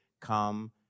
come